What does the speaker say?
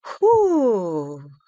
whoo